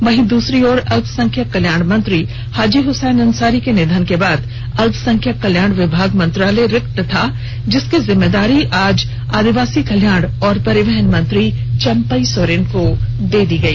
वहीं दूसरी ओर अल्पसंख्यक कल्याण मंत्री हाजी हसैन अंसारी के निधन के बाद अल्पसंख्यक कल्याण विभाग मंत्रालय रिक्त था जिसकी जिम्मेदारी आज आदिवासी कल्याण और परिवहन मंत्री चंपई सोरेन को दी गई